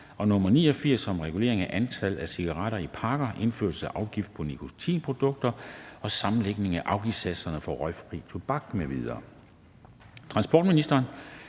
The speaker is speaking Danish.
(Regulering af antallet af cigaretter i en pakke, indførelse af afgift på nikotinprodukter, sammenlægning af afgiftssatserne for røgfri tobak, justering af betingelser